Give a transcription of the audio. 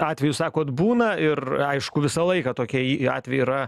atvejų sakot būna ir aišku visą laiką tokie atvejai yra